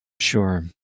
Sure